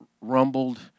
rumbled